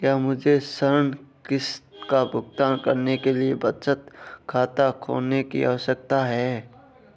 क्या मुझे ऋण किश्त का भुगतान करने के लिए बचत खाता खोलने की आवश्यकता है?